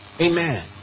Amen